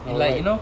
or like